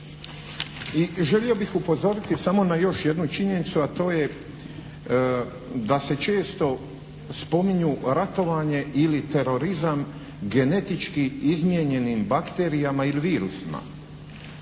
I želio bih upozoriti samo na još jednu činjenicu, a to je da se često spominju ratovanje ili terorizam genetički izmijenjenim bakterijama ili virusima.